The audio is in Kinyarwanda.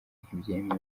ntibyemewe